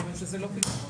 כיוון שזה לא פתרון.